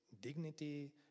dignity